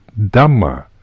Dhamma